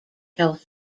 health